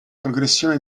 progressione